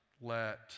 let